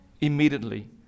immediately